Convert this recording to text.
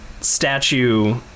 statue